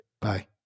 Bye